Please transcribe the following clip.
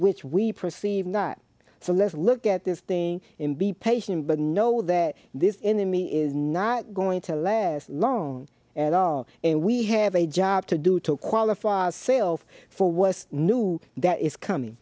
which we perceive not so let's look at this thing and be patient but know that this enemy is not going to last long at all and we have a job to do to qualify ourself for was new that is coming